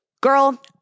Girl